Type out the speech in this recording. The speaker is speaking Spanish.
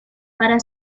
para